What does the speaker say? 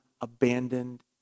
abandoned